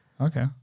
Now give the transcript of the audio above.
Okay